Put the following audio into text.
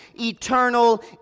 eternal